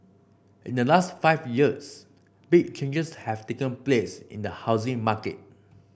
in the last five years big changes have taken place in the housing market